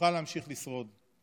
יוכל להמשיך לשרוד.